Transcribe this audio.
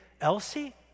Elsie